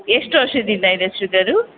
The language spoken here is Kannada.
ಎಷ್ಟು ವರ್ಷದಿಂದ ಇದೆ ಶುಗರು